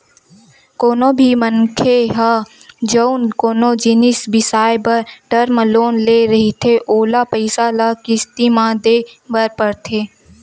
कोनो भी मनखे ह जउन कोनो जिनिस बिसाए बर टर्म लोन ले रहिथे ओला पइसा ल किस्ती म देय बर परथे